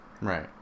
Right